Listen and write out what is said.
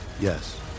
Yes